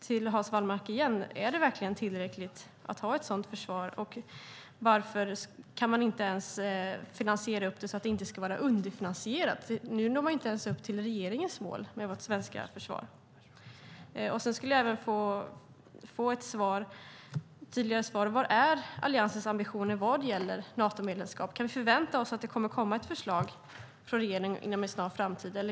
Därför undrar jag igen: Är det verkligen tillräckligt att ha ett sådant försvar, och varför kan man inte ens finansiera upp det så att det inte är underfinansierat? Nu når man inte ens upp till regeringens mål med vårt svenska försvar. Jag skulle även vilja få ett tydligare svar på vad som är Alliansens ambitioner vad gäller ett Natomedlemskap. Kan vi förvänta oss att det kommer ett förslag från regeringen inom en snar framtid?